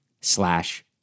slash